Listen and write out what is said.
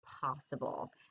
possible